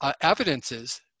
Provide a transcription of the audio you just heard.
evidences